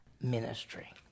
ministry